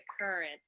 current